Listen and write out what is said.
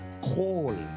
Call